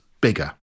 bigger